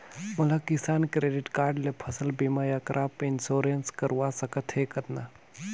मोला Kisan credit card ले फसल बीमा या क्रॉप इंश्योरेंस करवा सकथ हे कतना?